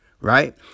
right